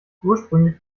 ursprünglich